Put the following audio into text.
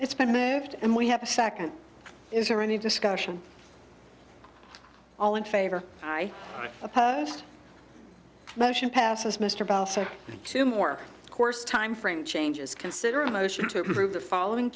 it's been moved and we have a second is there any discussion all in favor i opposed motion passes muster two more course time frame changes consider a motion to approve the following